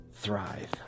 thrive